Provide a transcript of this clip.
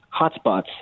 hotspots